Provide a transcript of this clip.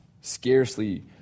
Scarcely